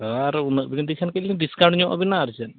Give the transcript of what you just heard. ᱟᱨ ᱩᱱᱟᱹᱜ ᱵᱤᱱ ᱤᱫᱤ ᱠᱷᱟᱱ ᱠᱟᱹᱡ ᱰᱤᱥᱠᱟᱣᱩᱱᱴ ᱧᱚᱜ ᱟᱹᱵᱤᱱᱟ ᱟᱨ ᱪᱮᱫ